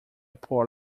poor